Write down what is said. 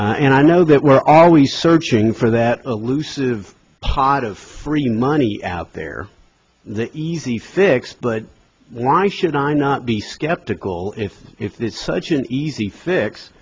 and i know that we're always searching for that elusive pot of free money out there the easy fix but why should i not be skeptical if it's such an easy fix